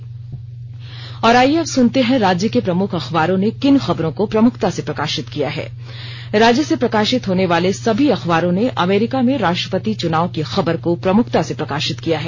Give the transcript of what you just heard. अब अखबारों की सुर्खियां और आईये अब सुनते हैं राज्य के प्रमुख अखबारों ने किन खबरों को प्रमुखता से प्रकाशित किया है राज्य से प्रकाशित होने वाले सभी अखबारों ने अमेरिका मे राष्ट्रपति चुनाव की खबर को प्रमुखता से प्रकाशित किया है